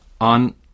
on